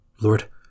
Lord